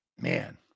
Man